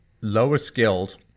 lower-skilled